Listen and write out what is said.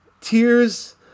tears